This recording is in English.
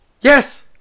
Yes